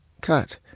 Cut